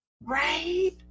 right